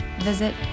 visit